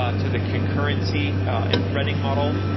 ah to the concurrency and threading model,